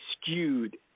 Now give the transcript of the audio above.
skewed